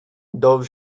dov